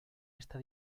esta